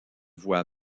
voix